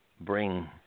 bring